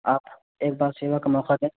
آپ ایک بار سیوا کا موقع دیں